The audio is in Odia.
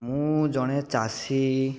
ମୁଁ ଜଣେ ଚାଷୀ